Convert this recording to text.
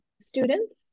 students